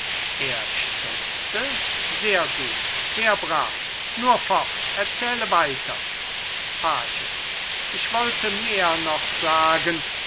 er stutzte sehr gut sehr brav nur fort erzähle weiter page ich wollte mehr noch sagen